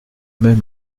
même